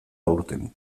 aurten